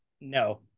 No